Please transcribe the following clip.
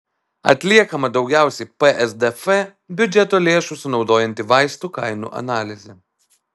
atliekama daugiausiai psdf biudžeto lėšų sunaudojanti vaistų kainų analizė